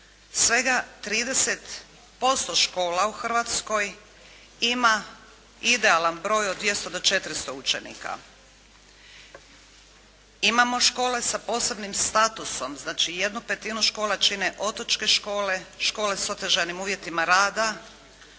Svega 30% škola u Hrvatskoj ima idealan broj od 200 do 400 učenika. Imamo škole sa posebnim statusom. Znači, jednu petinu škola čine otočke škole, škole s otežanim uvjetima rada,